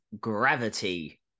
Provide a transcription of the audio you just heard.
Gravity